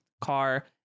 car